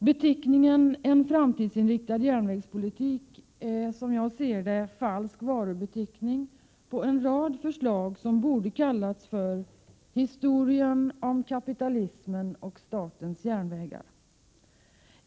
Beteckningen ”en framtidsinriktad järnvägspolitik” är falsk varubeteckning på en rad förslag som borde ha kallats Historien om kapitalismen och Statens järnvägar.